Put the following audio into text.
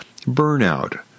burnout